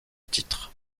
titre